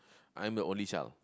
I'm the only child